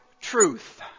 truth